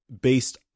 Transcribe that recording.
based